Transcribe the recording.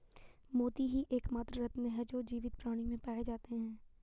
मोती ही एकमात्र रत्न है जो जीवित प्राणियों में पाए जाते है